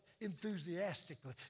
enthusiastically